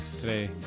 today